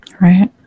Right